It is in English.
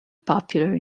popular